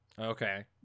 okay